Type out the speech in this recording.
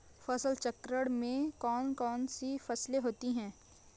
फसल चक्रण में कौन कौन सी फसलें होती हैं?